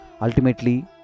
Ultimately